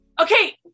Okay